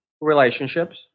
relationships